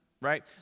Right